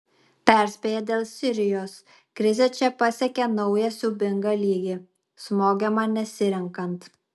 perspėja dėl sirijos krizė čia pasiekė naują siaubingą lygį smogiama nesirenkant